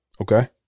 Okay